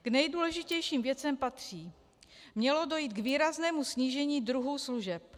K nejdůležitějším věcem patří: Mělo dojít k výraznému snížení druhů služeb.